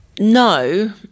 No